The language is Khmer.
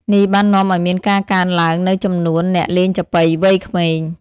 នេះបាននាំឱ្យមានការកើនឡើងនូវចំនួនអ្នកលេងចាប៉ីវ័យក្មេង។